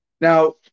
Now